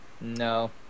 no